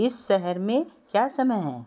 इस शहर में क्या समय है